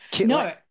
No